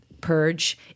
purge